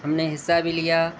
ہم نے حصہ بھی لیا